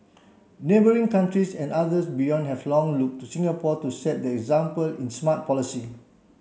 neighbouring countries and others beyond have long looked to Singapore to set the example in smart policy